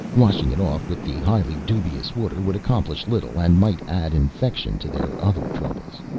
washing it off with the highly dubious water would accomplish little and might add infection to their other troubles.